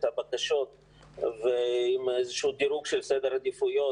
הבקשות עם איזשהו דירוג של סדר עדיפויות,